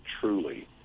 truly